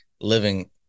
living